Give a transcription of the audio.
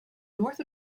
north